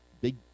big